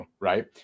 right